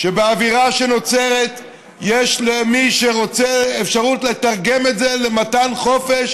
שבאווירה שנוצרת יש למי שרוצה אפשרות לתרגם את זה למתן חופש